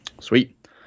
Sweet